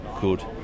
good